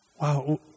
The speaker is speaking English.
wow